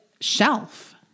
shelf